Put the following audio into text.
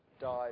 died